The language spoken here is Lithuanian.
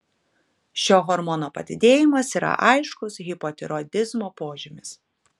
šio hormono padidėjimas yra aiškus hipotiroidizmo požymis